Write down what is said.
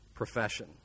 profession